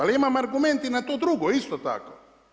Ali imam argument i na tu drugu isto tako.